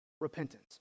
repentance